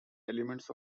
elements